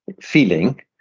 feeling